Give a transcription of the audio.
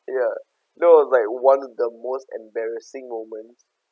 ya that was like one of the most embarrassing moments